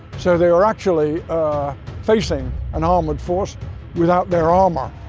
so they were actually facing an armoured force without their armour.